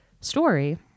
story